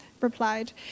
replied